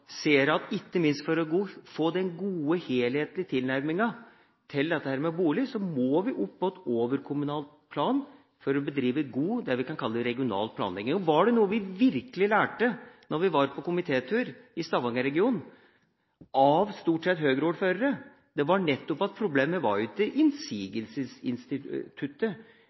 ser at ikke minst for å få den gode, helhetlige tilnærminga til dette med bolig, må vi opp på et overkommunalt plan for å bedrive det vi kan kalle god, regional planlegging. Var det noe vi virkelig lærte, stort sett av Høyre-ordførere, da vi var på komitétur i Stavanger-regionen, var det nettopp at problemet ikke var